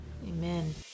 Amen